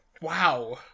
Wow